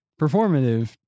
performative